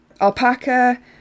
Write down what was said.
Alpaca